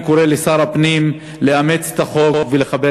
אני קורא לשר הפנים לאמץ את החוק ולחבר